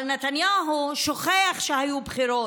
אבל נתניהו שוכח שהיו בחירות.